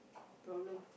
problem